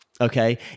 Okay